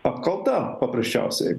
apkalta paprasčiausiai